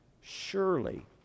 Surely